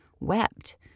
wept